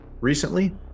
recently